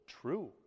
true